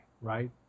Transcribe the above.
right